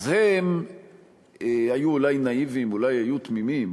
אז הם היו אולי נאיביים, אולי היו תמימים.